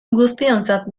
guztiontzat